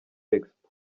expo